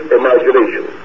imagination